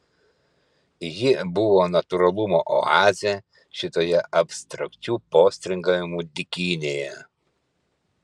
ji buvo natūralumo oazė šitoje abstrakčių postringavimų dykynėje